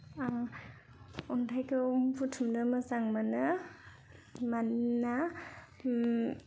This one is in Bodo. आं अन्थायखौ बुथुमनो मोजां मोनो मानोना